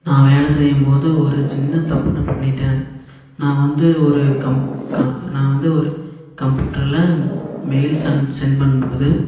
நான் வேலை செய்யும்போது ஒரு சின்ன தப்பு ஒன்று பண்ணிவிட்டேன் நான் வந்து ஒரு கம் க நான் வந்து ஒரு கம்பியூட்டரில் மெயில் செண்ட் சென்ட் பண்ணும்போது